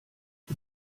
die